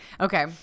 Okay